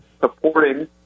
supporting